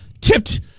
tipped